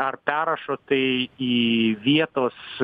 ar perrašo tai į vietos